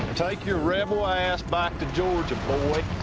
take your rebel ass back to georgia, boy.